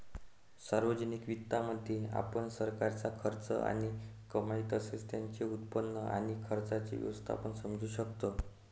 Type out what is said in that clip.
सार्वजनिक वित्तामध्ये, आपण सरकारचा खर्च आणि कमाई तसेच त्याचे उत्पन्न आणि खर्चाचे व्यवस्थापन समजू शकतो